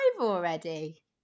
already